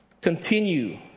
Continue